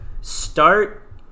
Start